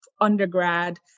undergrad